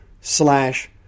slash